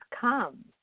come